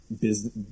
business